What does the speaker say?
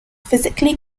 physically